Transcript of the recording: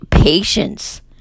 patience